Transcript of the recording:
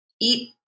Eat